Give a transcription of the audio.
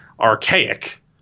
archaic